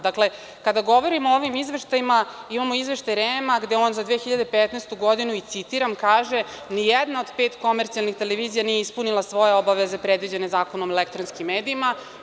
Dakle, kada govorimo o ovim izveštajima, imamo izveštaj REM gde on za 2015. godinu i citiram, kaže – nijedna od pet komercijalnih televizija nije ispunila svoje obavezepredviđene Zakonom o elektronskim medijima.